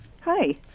Hi